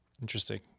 interesting